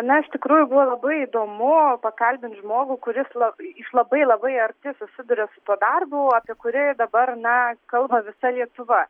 na iš tikrųjų buvo labai įdomu pakalbint žmogų kuris la iš labai labai arti susiduria su tuo darbu apie kurį dabar na kalba visa lietuva